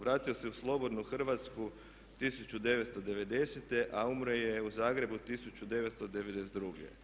Vratio se u slobodnu Hrvatsku 1990., a umro je u Zagrebu 1992.